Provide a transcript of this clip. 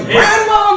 Grandma